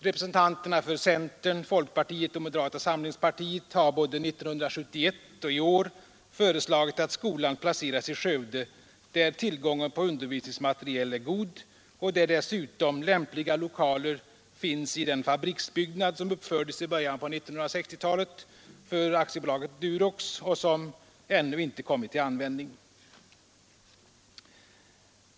Representanterna för centern, folkpartiet 22 maj 1973 och moderata samlingspartiet har både 1971 och i år föreslagit att skolan placeras i Skövde, där tillgången på undervisningsmateriel är god och där Omlokalisering av dessutom lämpliga lokaler finns i den fabriksbyggnad som uppfördes i SK verksamhet början av 1960-talet för Svenska Durox AB och som ännu inte kommit till användning.